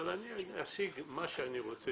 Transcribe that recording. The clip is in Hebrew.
אבל אני אשיג מה שאני רוצה.